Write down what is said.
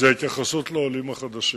זה ההתייחסות לעולים החדשים.